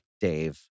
Dave